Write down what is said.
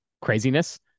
craziness